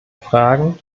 fragen